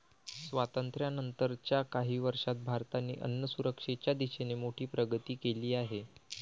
स्वातंत्र्यानंतर च्या काही वर्षांत भारताने अन्नसुरक्षेच्या दिशेने मोठी प्रगती केली आहे